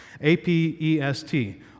A-P-E-S-T